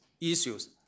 issues